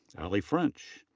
ally french.